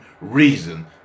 reason